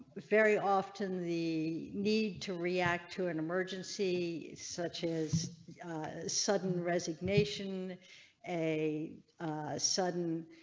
very often the need to react to an emergency such as a sudden resignation a sudden